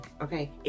Okay